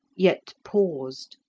yet paused,